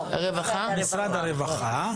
משרד הרווחה.